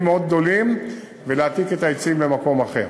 מאוד גדולים ולהעתיק את העצים למקום אחר.